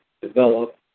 develop